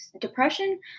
depression